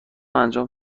انجام